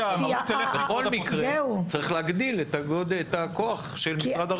בכל מקרה צריך להגדיל את הכוח של משרד הרווחה.